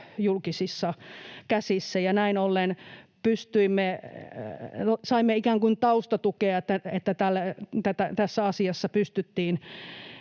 julkisissa käsissä. Näin ollen saimme ikään kuin taustatukea, että tässä asiassa pystyttiin